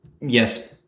Yes